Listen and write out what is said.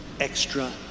extra